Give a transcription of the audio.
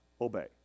obey